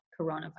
coronavirus